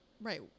Right